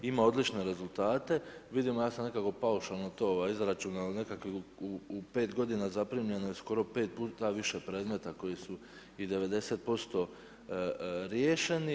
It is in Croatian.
Ima odlične rezultate, vidimo, ja sam nekako paušalno to izračunao, nekako u 5 godina zaprimljeno je skoro 5 puta više predmeta koji su i 90% riješeni.